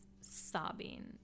sobbing